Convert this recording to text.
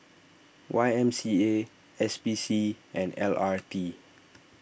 Y M C A S P C and L R T